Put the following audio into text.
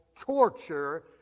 torture